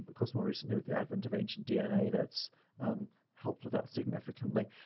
but course, more recently with the advent of ancient dna that's helped with that significantly.